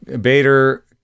Bader